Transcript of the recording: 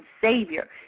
Savior